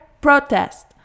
protest